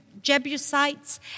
Jebusites